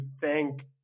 thank